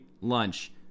lunch